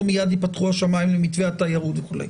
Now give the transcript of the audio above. לא מיד ייפתחו השמיים למתווה התיירות וכולי.